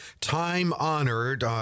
time-honored